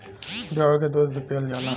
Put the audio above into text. भेड़ क दूध भी पियल जाला